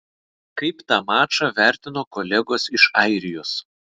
kaip tą mačą vertino kolegos iš airijos